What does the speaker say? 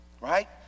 Right